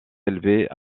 élevées